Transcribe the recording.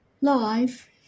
life